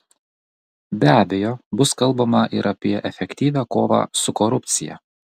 be abejo bus kalbama ir apie efektyvią kovą su korupcija